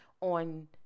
on